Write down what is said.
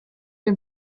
den